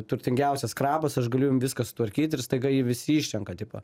turtingiausias krabas ir aš galiu jum viską sutvarkyt ir staiga jį visi išrenka tipo